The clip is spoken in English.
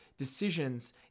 decisions